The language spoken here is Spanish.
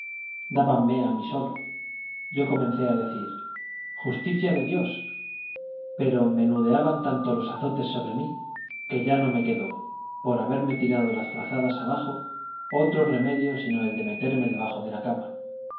dábanme a mí sólo yo comencé a decir justicia de dios pero menudeaban tanto los azotes sobre mí que ya no me quedó por haberme tirado las frazadas abajo otro remedio sino el de meterme debajo de la cama